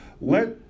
let